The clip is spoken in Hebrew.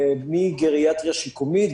מגריאטריה שיקומית,